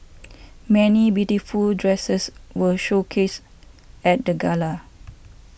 many beautiful dresses were showcased at the gala